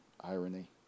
irony